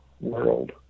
world